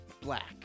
Black